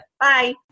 Bye